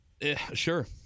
sure